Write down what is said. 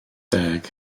deg